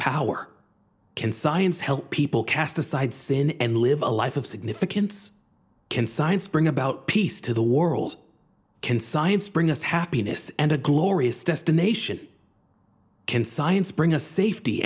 power can science help people cast aside sin and live a life of significance can science bring about peace to the world can science bring us happiness and a glorious destination can science bring a safety